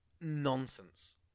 Nonsense